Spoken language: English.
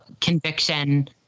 conviction